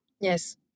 yes